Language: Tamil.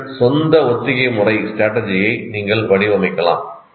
உங்கள் சொந்த ஒத்திகை முறைஸ்ட்ராட்டஜி ஐ நீங்கள் வடிவமைக்கலாம்